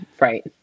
Right